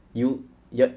you yup